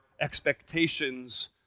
expectations